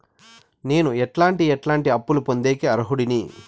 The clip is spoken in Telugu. నేను ఎట్లాంటి ఎట్లాంటి అప్పులు పొందేకి అర్హుడిని?